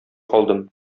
калдым